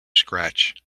scratch